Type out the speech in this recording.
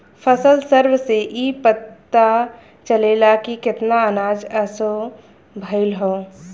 फसल सर्वे से इ पता चलेला की केतना अनाज असो भईल हवे